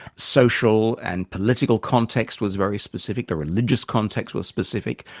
social and political context was very specific. the religious context was specific.